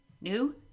new